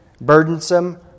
burdensome